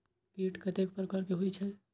कीट कतेक प्रकार के होई छै?